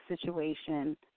situation